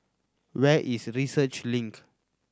where is Research Link